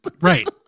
Right